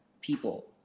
people